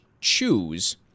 choose